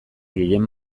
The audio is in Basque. guillem